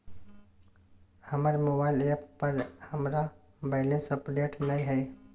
हमर mobile app पर हमरा बैलेंस अपडेट नय हय